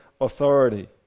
authority